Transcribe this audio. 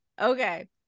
okay